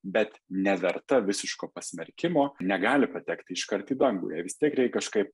bet neverta visiško pasmerkimo negali patekti iškart į dangų jei vis tiek reik kažkaip